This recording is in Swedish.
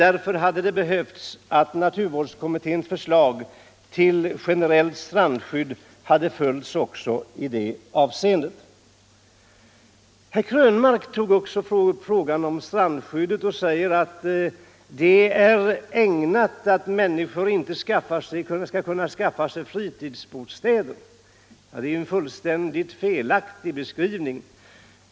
Därför hade det behövts att naturvårdskommitténs förslag till generellt strandskydd hade följts helt. Herr Krönmark tog också upp frågan om strandskyddet och sade att det inte är ägnat att underlätta för människor att skaffa sig fritidsbostä der. Det är en fullständig felaktig beskrivning.